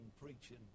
preaching